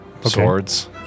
swords